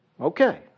Okay